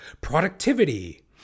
Productivity